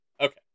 Okay